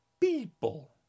people